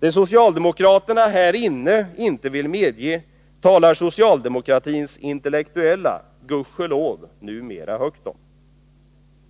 Det socialdemokraterna här inne ännu inte vill medge talar socialdemokratins intellektuella, Gud ske lov, numera högt om.